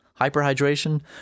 Hyperhydration